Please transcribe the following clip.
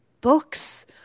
books